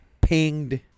pinged